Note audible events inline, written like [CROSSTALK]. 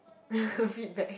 [BREATH] feedback